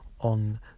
on